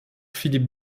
philippe